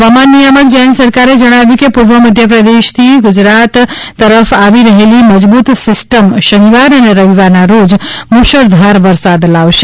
હવામાન નિયામક જયંત સરકારે જણાવ્યુ છે કે પૂર્વ મધ્ય પ્રદેશ થી ગુજરાત તરફ આવી રહેલી મજબૂત સિસ્ટમ શનિવાર અને રવિવારના રોજ મુશળધાર વરસાદ લાવશે